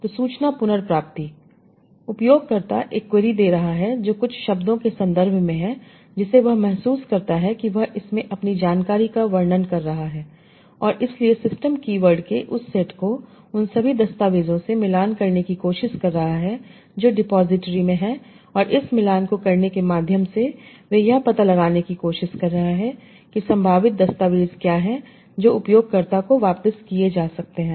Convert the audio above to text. तो सूचना पुनर्प्राप्ति उपयोगकर्ता एक क्वेरी दे रहा है जो कुछ शब्दों के संदर्भ में है जिसे वह महसूस करता है कि वह इसमें अपनी जानकारी का वर्णन कर रहा है और इसलिए सिस्टम कीवर्ड के इस सेट को उन सभी दस्तावेज़ों से मिलान करने की कोशिश कर रहा है जो डिपॉजिटरी में हैं और इस मिलान को करने के माध्यम से वे यह पता लगाने की कोशिश कर रहे हैं कि संभावित दस्तावेज़ क्या हैं जो उपयोगकर्ता को वापस किए जा सकते हैं